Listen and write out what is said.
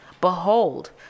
Behold